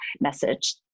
message